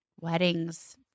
Weddings